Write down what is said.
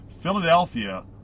Philadelphia